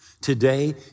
today